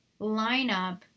lineup